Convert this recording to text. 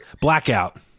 Blackout